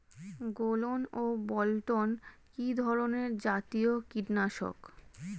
গোলন ও বলটন কি ধরনে জাতীয় কীটনাশক?